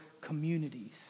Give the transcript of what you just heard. communities